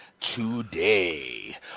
today